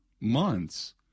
months